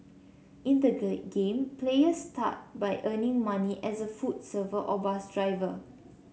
in the game players start by earning money as a food server or bus driver